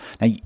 Now